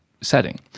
setting